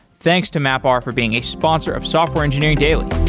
thanks to mapr for being a sponsor of software engineering daily